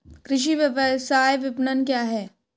कृषि व्यवसाय विपणन क्या है?